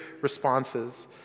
responses